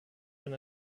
been